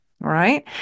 right